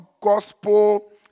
Gospel